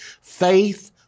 Faith